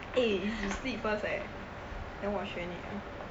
eh you sleep first leh then 我学你